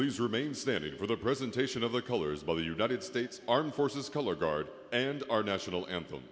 please remain standing for the presentation of the colors by the united states armed forces color guard and our national anthem